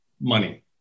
money